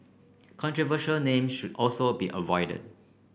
controversial name should also be avoided